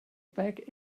back